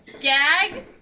Gag